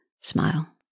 Smile